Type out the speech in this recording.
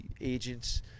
agents